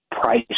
price